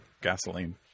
gasoline